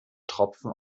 tropfen